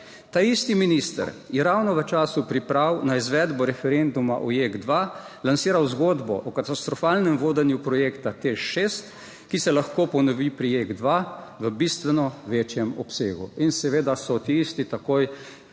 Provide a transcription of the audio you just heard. Ta isti minister je ravno v času priprav na izvedbo referenduma o Jek 2 lansiral zgodbo o katastrofalnem vodenju projekta Teš 6, ki se lahko ponovi pri Jek 2 v bistveno večjem obsegu, in seveda so ti isti takoj